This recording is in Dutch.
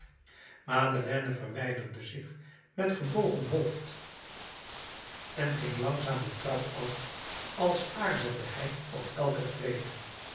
madeleine verwijderde zich met gebogen hoofd en ging langzaam de trap af als aarzelde hij op elke trede